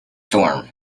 storm